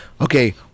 okay